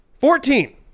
Fourteen